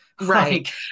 right